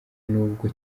nubwo